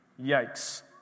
Yikes